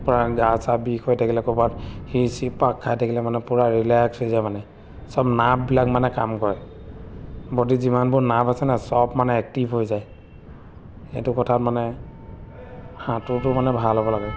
পূৰা গা চা বিষ হৈ থাকিলে ক'ৰবাত সিৰ চিৰ পাক খাই থাকিলে মানে পূৰা ৰিলেক্স হৈ যায় মানে চব নাৰ্ভবিলাক মানে কাম কৰে বডীত যিমানবোৰ নাৰ্ভ আছে না চব মানে এক্টিভ হৈ যায় সেইটো কথাত মানে সাঁতোৰটো মানে ভাল হ'ব লাগে